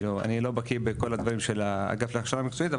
אני לא בקיא בכל הדברים של האגף להכשרה מקצועית.